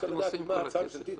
מה אתם עושים עם כל הכסף הזה?